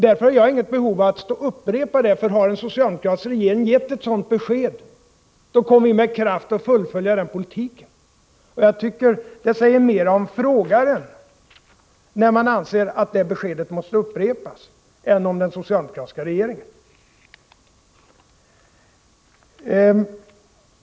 Därför har jag inget behov av att stå och upprepa det. Har en socialdemokratisk regering gett ett sådant besked, då kommer vi att med kraft fullfölja den politiken. Jag tycker att det säger mer om frågaren, när man anser att det beskedet måste upprepas, än om den socialdemokratiska regeringen.